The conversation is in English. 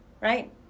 right